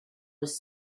was